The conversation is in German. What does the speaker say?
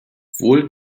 wohl